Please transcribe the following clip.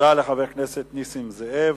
תודה לחבר הכנסת נסים זאב.